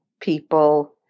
people